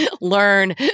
learn